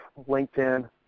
LinkedIn